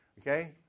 Okay